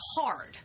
hard